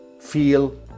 feel